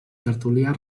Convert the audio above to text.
tertulià